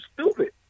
stupid